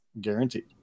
guaranteed